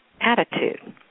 attitude